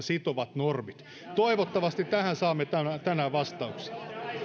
sitovat normit toivottavasti tähän saamme tänään tänään vastauksia